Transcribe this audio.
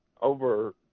over